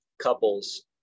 couples